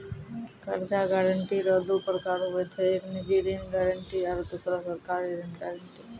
कर्जा गारंटी रो दू परकार हुवै छै एक निजी ऋण गारंटी आरो दुसरो सरकारी ऋण गारंटी